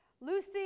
Lucy